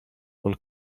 und